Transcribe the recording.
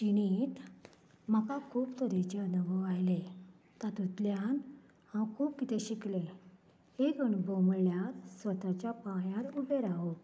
जिणेंत म्हाका खूब तरेचे अणूभव आयलें तातुंल्यान हांव खूब किदें शिकलें एक अणूभव म्हणल्यार स्वताच्या पांयार उबें रावप